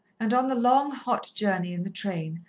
and on the long, hot journey in the train,